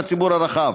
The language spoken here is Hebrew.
לציבור הרחב.